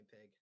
pig